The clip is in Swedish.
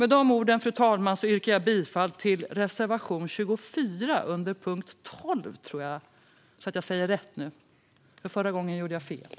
Med dessa ord yrkar jag bifall till reservation 24 under punkt 12.